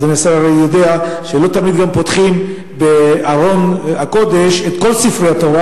אדוני השר הרי יודע שלא תמיד גם פותחים בארון הקודש את כל ספרי התורה.